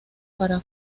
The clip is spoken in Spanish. para